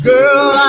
Girl